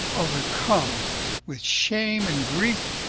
overcome with shame and grief,